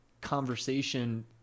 conversation